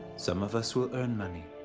some of us will earn money,